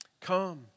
Come